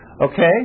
Okay